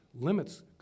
limits